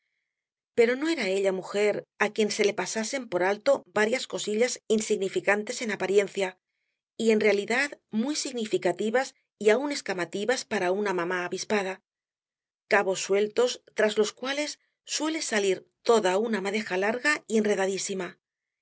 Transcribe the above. pero no era ella mujer á quien se le pasasen por alto varias cosillas insignificantes en apariencia y en realidad muy significativas y aun escamativas para una mamá avispada cabos sueltos tras los cuales suele salir toda una madeja larga y enredadísima